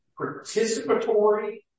participatory